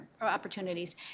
opportunities